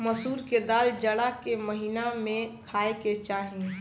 मसूर के दाल जाड़ा के महिना में खाए के चाही